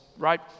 right